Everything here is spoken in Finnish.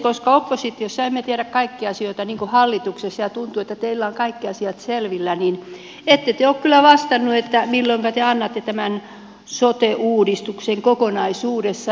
koska oppositiossa emme tiedä kaikkia asioita niin kuin hallituksessa ja tuntuu että teillä on kaikki asiat selvillä niin ette te ole kyllä vastanneet milloinka te annatte tämän sote uudistuksen kokonaisuudessaan